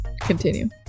Continue